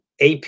AP